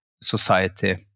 society